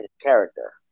character